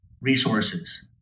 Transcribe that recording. resources